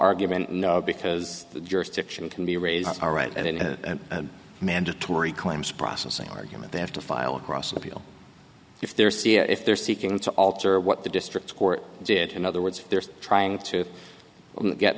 argument because the jurisdiction can be raised all right and it has a mandatory claims processing argument they have to file across appeal if there see if they're seeking to alter what the district court did in other words they're trying to get